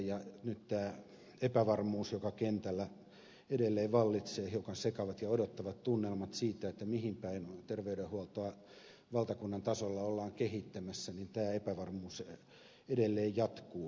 nyt tämä epävarmuus joka kentällä edelleen vallitsee hiukan sekavat ja odottavat tunnelmat siitä mihin päin terveydenhuoltoa valtakunnan tasolla ollaan kehittämässä edelleen jatkuu